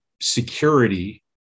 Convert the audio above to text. security